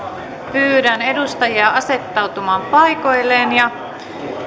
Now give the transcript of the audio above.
pyydän edustajia asettautumaan paikoilleen